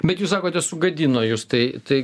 bet jūs sakote sugadino jus tai tai